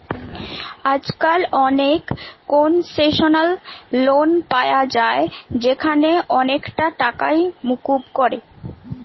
আজকাল অনেক concessional loan পায়া যায় যেখানে অনেকটা টাকাই মুকুব করে